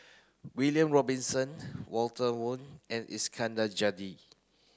William Robinson Walter Woon and Iskandar Jalil